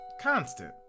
Constant